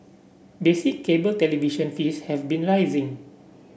basic cable television fees have been rising